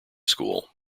school